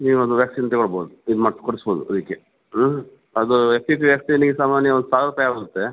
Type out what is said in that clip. ಈ ಒಂದು ವ್ಯಾಕ್ಸೀನ್ ತೆಗೋಳ್ಬೌದು ಇದು ಮತ್ತೆ ಕೊಡಿಸ್ಬೌದು ಅದಕ್ಕೆ ಹ್ಞೂ ಅದು ಎಫ್ ಪಿ ಪಿ ವ್ಯಾಕ್ಸಿನಿಗೆ ಸಾಮಾನ್ಯವಾಗಿ ಸಾವಿರ ರೂಪಾಯಿ ಆಗುತ್ತೆ